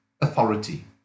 authority